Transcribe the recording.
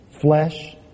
flesh